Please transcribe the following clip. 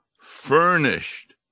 furnished